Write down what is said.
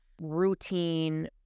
routine